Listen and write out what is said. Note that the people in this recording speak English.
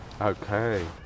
Okay